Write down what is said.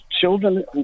children